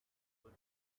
wood